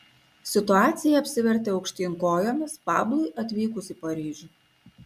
situacija apsivertė aukštyn kojomis pablui atvykus į paryžių